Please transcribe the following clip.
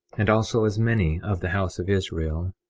and also as many of the house of israel